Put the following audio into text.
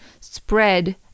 spread